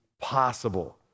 possible